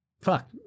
fuck